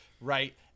right